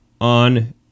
on